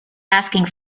asking